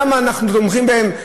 למה אנחנו תומכים בהם?